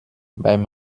beim